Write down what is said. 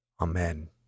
Amen